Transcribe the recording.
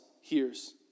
hears